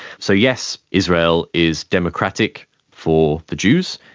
so yes, israel is democratic for the jews,